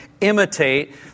imitate